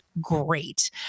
great